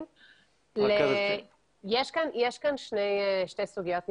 יש כאן שתי סוגיות נפרדות.